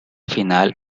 final